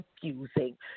confusing